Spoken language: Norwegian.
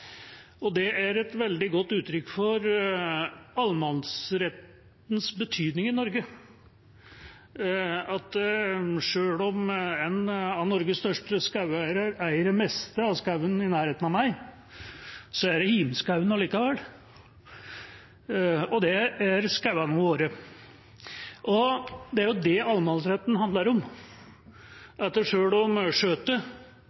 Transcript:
Det er et veldig godt uttrykk for allemannsrettens betydning i Norge, at selv om en av Norges største skogeiere eier det meste av skogen i nærheten av meg, så er det hjemskogen allikevel. Og det er skogene våre. Det er jo det allemannsretten handler